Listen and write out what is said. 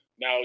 Now